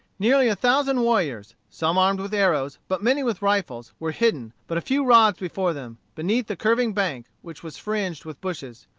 nearly a thousand warriors, some armed with arrows, but many with rifles, were hidden, but a few rods before them, beneath the curving bank, which was fringed with bushes.